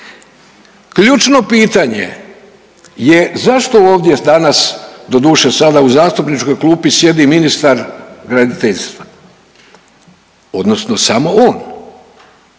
Ključno pitanje je zašto ovdje danas, doduše sada u zastupničkoj klupi sjedi ministar graditeljstva odnosno samo on,